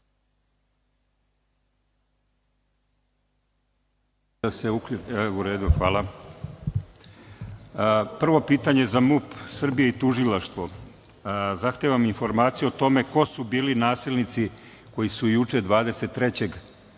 Hvala. Prvo pitanje za MUP Srbije i tužilaštvo. Zahtevam informaciju o tome ko su bili nasilnici koji su juče 23.